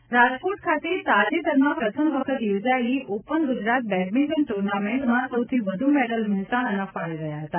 badminton Rajkot ખાતે તાજેતરમાં પ્રથમ વખત યોજાયેલી ઓપન ગુજરાત બેડમિન્ટન ટ્રનમિન્ટમાં સૌથી વ્ધ મેડલ મહેસાણાના ફાળે રહ્યા હતા